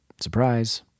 Surprise